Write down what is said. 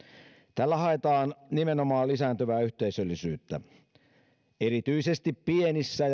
tällä haetaan nimenomaan lisääntyvää yhteisöllisyyttä erityisesti pienissä